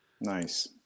Nice